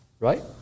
Right